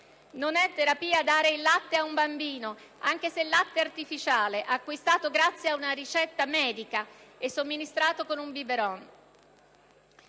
Non è terapia dare il latte a un bambino, anche se è latte artificiale, acquistato grazie a una ricetta medica, e somministrato con un *biberon*.